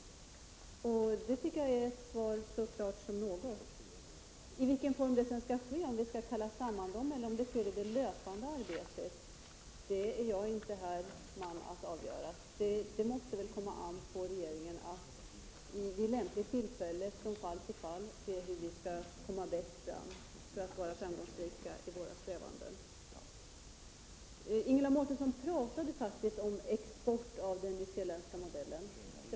Det tycker jag är ett svar så klart som något. I vilken form det sedan skall ske, om de skall kallas samman eller om det skall ske i det löpande arbetet, kan jag inte avgöra. Det måste komma an på regeringen att från fall till fall se hur vi bäst skall gå fram för att vara framgångsrika i våra strävanden. Ingela Mårtensson pratade faktiskt om export av den nyzeeländska modellen.